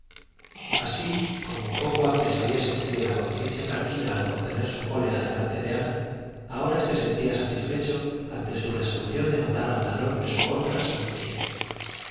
así como poco antes había sentido la conciencia tranquila al contener su cólera delante de ana ahora se sentía satisfecho ante su resolución de matar al ladrón de su honra si volvía